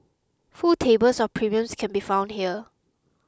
full tables of premiums can be found here